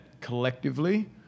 collectively